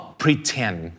pretend